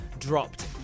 dropped